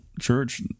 church